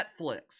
Netflix